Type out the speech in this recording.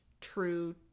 true